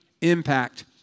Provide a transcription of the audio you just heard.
impact